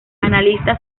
analista